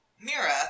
mira